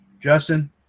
Justin